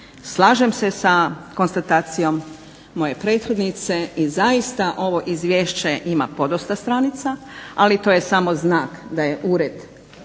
Slažem se sa konstatacijom moje prethodnice i zaista ovo izvješće ima podosta stranica, ali to je samo znak da je ured